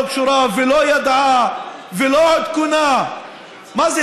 קשורים ולא ידעו ולא עודכנו מה זה,